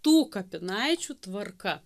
tų kapinaičių tvarka